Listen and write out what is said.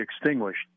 extinguished